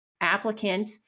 Applicant